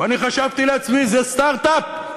ואני חשבתי לעצמי: זה סטרט-אפ.